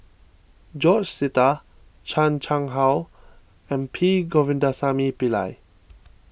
George Sita Chan Chang How and P Govindasamy Pillai